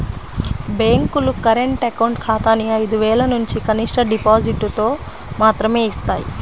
బ్యేంకులు current account ఖాతాని ఐదు వేలనుంచి కనిష్ట డిపాజిటుతో మాత్రమే యిస్తాయి